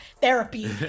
therapy